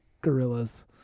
gorillas